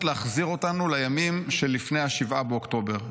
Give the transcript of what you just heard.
להחזיר אותנו לימים שלפני 7 באוקטובר,